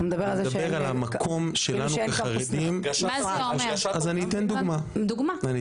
אני מדבר על המקום שלנו כחרדים ואני אתן דוגמה.